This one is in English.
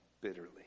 bitterly